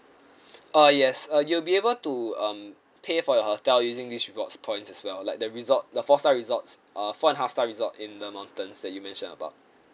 uh yes uh you'll be able to um pay for your hotel using these rewards points as well like the resort the four star resorts uh four and a half star resort in the mountains that you mentioned about